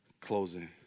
closing